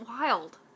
wild